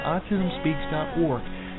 AutismSpeaks.org